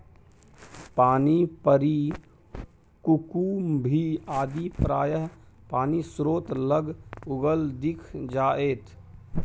पानिपरी कुकुम्भी आदि प्रायः पानिस्रोत लग उगल दिख जाएत